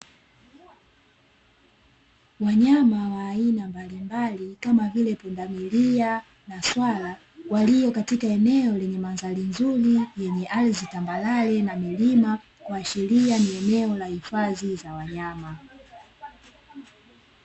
Wanyama wa aina mbalimbali, kama vile; Pundamilia na Swala, walio katika eneo lenye mandhari nzuri yenye ardhi tambarare na milima, kuashiria ni eneo la hifadhi za wanyama.